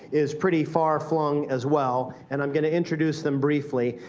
is pretty far flung as well, and i'm going to introduce them briefly.